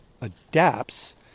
adapts